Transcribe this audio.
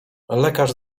lekarz